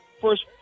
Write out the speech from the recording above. first